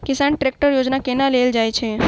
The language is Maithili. किसान ट्रैकटर योजना केना लेल जाय छै?